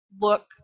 look